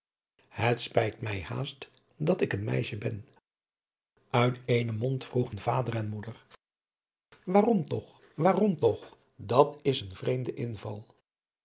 het spijt mij haast dat ik een meisje ben uit éénen mond vroegen vader en moeder waarom toch waarom toch dat is een vreemde inval